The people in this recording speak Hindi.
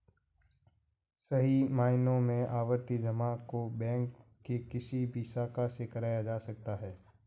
सही मायनों में आवर्ती जमा को बैंक के किसी भी शाखा से कराया जा सकता है